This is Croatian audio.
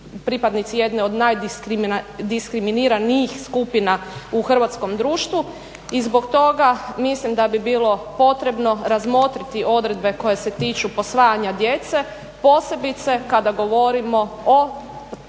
pripadnici jedne od najdiskriminiranijih skupina u Hrvatskom društvu. I zbog toga mislim da bi bilo potrebno razmotriti odredbe koje se tiču posvajanja djece posebice kada govorimo o